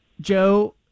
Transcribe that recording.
Joe